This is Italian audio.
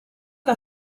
che